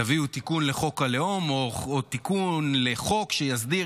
תביאו תיקון לחוק הלאום או תיקון לחוק שיסדיר